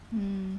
mm